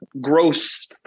gross